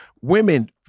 women